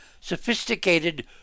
sophisticated